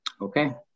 Okay